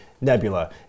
Nebula